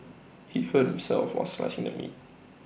he hurt himself while slicing the meat